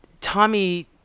Tommy